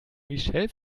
michelle